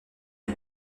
est